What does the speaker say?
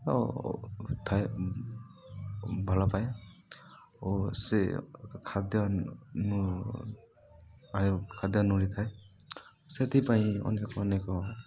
ଆ ଥାଏ ଭଲ ପାଏ ଓ ସେ ଖାଦ୍ୟ ଆ ଖାଦ୍ୟ ନଡ଼ିଥାଏ ସେଥିପାଇଁ ଅନେକ ଅନେକ